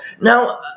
Now